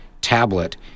tablet